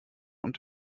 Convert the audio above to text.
und